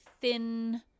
thin